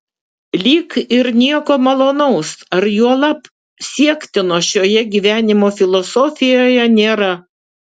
lyg ir nieko malonaus ar juolab siektino šioje gyvenimo filosofijoje nėra